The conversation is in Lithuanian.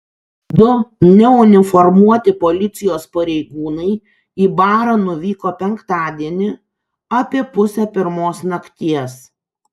du neuniformuoti policijos pareigūnai į barą nuvyko penktadienį apie pusę pirmos nakties